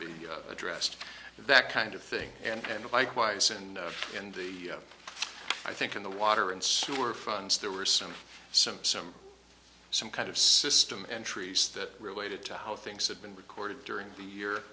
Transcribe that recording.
be addressed that kind of thing and likewise and in the i think in the water and sewer funds there were some some some some kind of system entries that related to how things have been recorded during the year